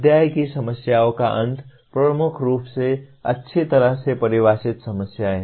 अध्याय की समस्याओं का अंत प्रमुख रूप से अच्छी तरह से परिभाषित समस्याएं हैं